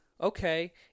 okay